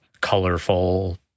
colorful